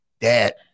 dad